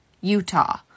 Utah